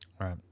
Right